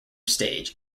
stage